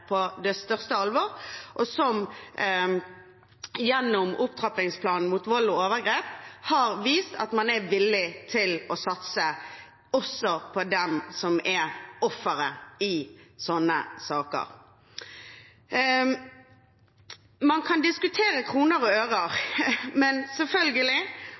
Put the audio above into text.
på det største alvor, og som gjennom opptrappingsplanen mot vold og overgrep har vist at man er villig til å satse også på den som er offeret i sånne saker. Man kan diskutere kroner og øre, men over 800 mill. kr til dette feltet er selvfølgelig